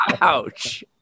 Ouch